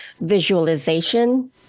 visualization